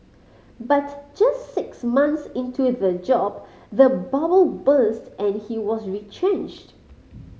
but just six months into the job the bubble burst and he was retrenched